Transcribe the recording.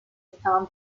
estaban